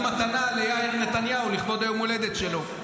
מתנה ליאיר נתניהו לכבוד יום ההולדת שלו.